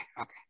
okay